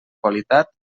qualitat